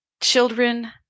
children